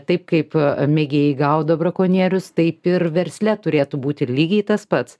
taip kaip mėgėjai gaudo brakonierius taip ir versle turėtų būti lygiai tas pats